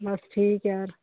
ਬਸ ਠੀਕ ਯਾਰ